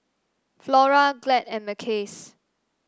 Flora Glad and Mackays